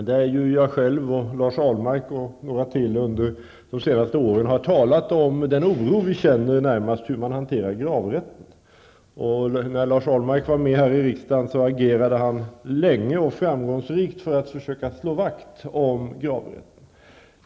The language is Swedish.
Bl.a. jag själv och Lars Ahlmark har under de senaste åren påtalat den oro som vi känner. Närmast gäller det hanteringen av gravrätten. När Lars Ahlmark satt med i riksdagen agerade han under en lång tid och dessutom framgångsrikt för gravrätten, som han ville slå vakt om.